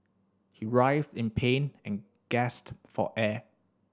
he writhed in pain and gasped for air